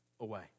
away